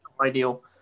ideal